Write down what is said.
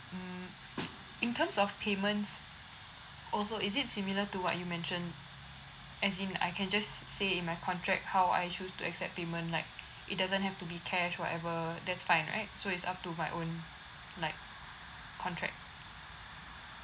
mm in terms of payments also is it similar to what you mentioned as in I can just say in my contract how I choose to accept payment like it doesn't have to be cash whatever that's fine right so it's up to my own like contract